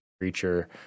creature